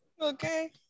okay